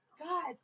God